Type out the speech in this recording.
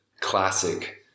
classic